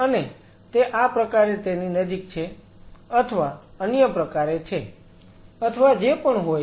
અને તે આ પ્રકારે તેની નજીક છે અથવા અન્ય પ્રકારે છે અથવા જે પણ હોય